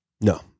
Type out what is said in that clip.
No